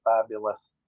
fabulous